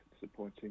disappointing